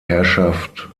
herrschaft